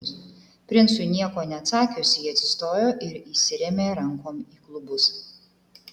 princui nieko neatsakius ji atsistojo ir įsirėmė rankom į klubus